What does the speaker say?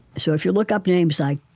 so if you look up names like,